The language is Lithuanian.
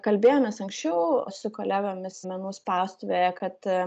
kalbėjomės anksčiau su kolegomis menų spaustuvėje kad